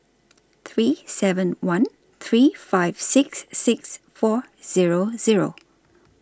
three seven one three five six six four Zero Zero